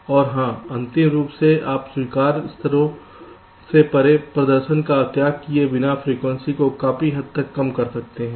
और हां अंतिम रूप से आप स्वीकार्य स्तरों से परे प्रदर्शन का त्याग किए बिना फ्रीक्वेंसी को काफी हद तक कम कर सकते हैं